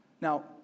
Now